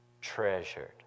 treasured